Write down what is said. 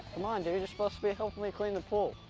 um ah and you're supposed to be helping me clean the pool.